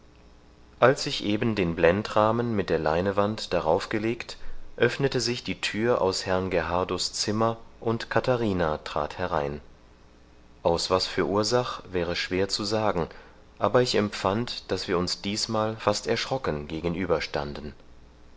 als ich eben den blendrahmen mit der leinewand darauf gelegt öffnete sich die thür aus herrn gerhardus zimmer und katharina trat herein aus was für ursach wäre schwer zu sagen aber ich empfand daß wir uns dießmal fast erschrocken